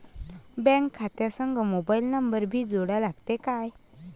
Bank खात्या संग mobile number भी जोडा लागते काय?